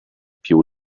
più